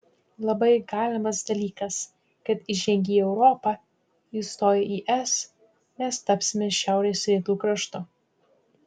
labai galimas dalykas kad įžengę į europą įstoję į es mes tapsime šiaurės rytų kraštu